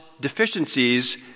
deficiencies